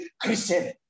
Christian